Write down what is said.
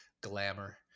glamour